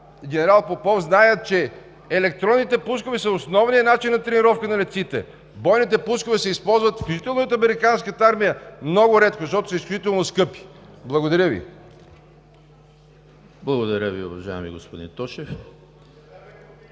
генерал Попов, знаят, че електронните пускове са основният начин на тренировка на летците. Бойните пускове се използват включително и от американската армия много рядко, защото са изключително скъпи. Благодаря Ви. ПРЕДСЕДАТЕЛ ЕМИЛ ХРИСТОВ: Благодаря Ви, уважаеми господин Тошев.